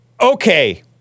Okay